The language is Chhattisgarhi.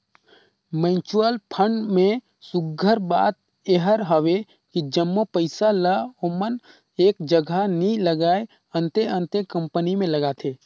म्युचुअल फंड में सुग्घर बात एहर हवे कि जम्मो पइसा ल ओमन एक जगहा नी लगाएं, अन्ते अन्ते कंपनी में लगाथें